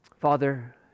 Father